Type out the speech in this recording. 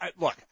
Look